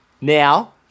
Now